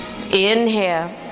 inhale